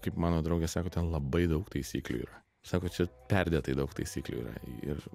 kaip mano draugė sako labai daug taisyklių yra sako čia perdėtai daug taisyklių yra ir